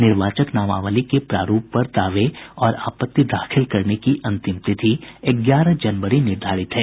निर्वाचक नामावली के प्रारूप पर दावे और आपत्ति दाखिल करने की अंतिम तिथि ग्यारह जनवरी निर्धारित है